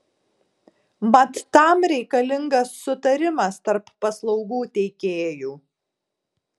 mat tam reikalingas sutarimas tarp paslaugų teikėjų